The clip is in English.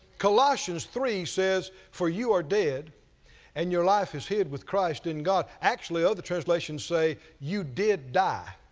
colossians three says, for you are dead and your life is hid with christ in god. actually other translations say you did die,